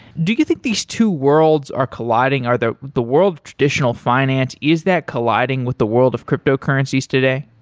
do you think these two worlds are colliding? are the the world traditional finance, is that colliding with the world of cryptocurrencies today?